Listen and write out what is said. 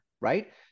right